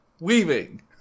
Weaving